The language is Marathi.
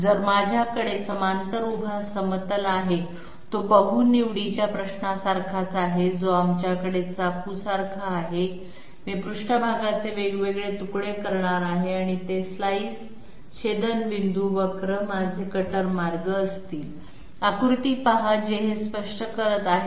तर माझ्याकडे समांतर उभा समतल आहे तो बहु निवडीच्या प्रश्नासारखाच आहे जो आमच्याकडे चाकूसारखा आहे मी पृष्ठभागाचे वेगवेगळे तुकडे करणार आहे आणि ते स्लाइस छेदनबिंदू वक्र माझे कटर मार्ग असतील आकृती पहा जे हे स्पष्ट करत आहे